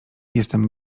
jestem